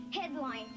Headline